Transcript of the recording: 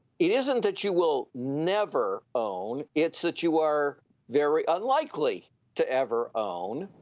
it isn't that you will never own, it's that you are very unlikely to ever own,